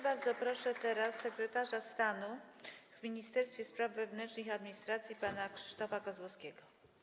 Bardzo proszę teraz sekretarza stanu w Ministerstwie Spraw Wewnętrznych i Administracji pana Krzysztofa Kozłowskiego.